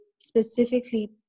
specifically